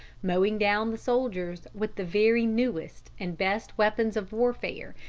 mowing down the soldiers with the very newest and best weapons of warfare,